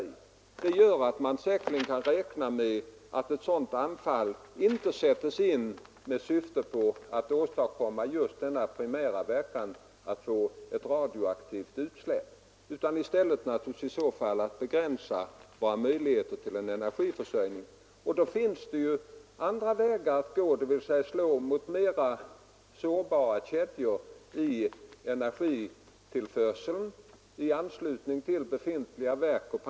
Sådana omständigheter gör att man säkerligen kan räkna med att ett anfall inte sätts in i syfte att primärt åstadkomma ett radioaktivt utsläpp utan i stället att åstadkomma en begränsning av våra möjligheter till energiförsörjning. Då finns det andra vägar att gå; man kan t.ex. slå mot mera sårbara kedjor i energitillförseln i anslutning till befintliga verk.